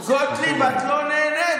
גוטליב, את לא נהנית?